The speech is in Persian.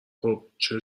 خوبچه